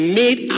made